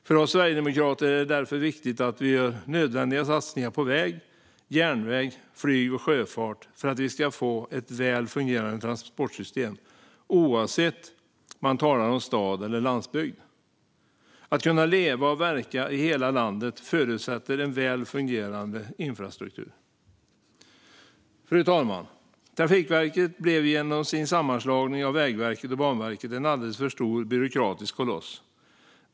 För oss sverigedemokrater är det därför viktigt att vi gör nödvändiga satsningar på väg, järnväg, flyg och sjöfart för att vi ska få ett väl fungerande transportsystem, oavsett om man talar om stad eller landsbygd. Att kunna leva och verka i hela landet förutsätter en väl fungerande infrastruktur. Fru talman! Trafikverket blev genom sammanslagningen av Vägverket och Banverket en alldeles för stor byråkratisk koloss.